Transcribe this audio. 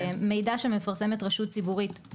מידע שמפרסמת רשות ציבורית,